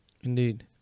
Indeed